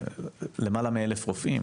למעלה מ-1000 רופאים